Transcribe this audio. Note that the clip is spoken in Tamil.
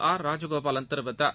ஆர் ராஜகோபாலன் தெரிவித்தார்